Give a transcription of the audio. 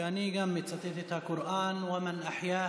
ואני גם מצטט את הקוראן: (אומר בערבית: